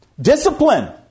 Discipline